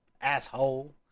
Asshole